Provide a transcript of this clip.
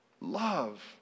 Love